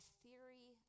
theory